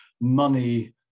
money